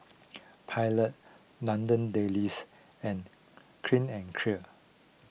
Pilot London Dailies and Clean and Clear